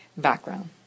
background